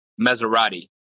Maserati